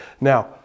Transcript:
Now